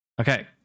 Okay